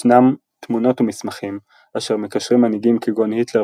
ישנם תמונות ומסמכים אשר מקשרים מנהיגים כגון היטלר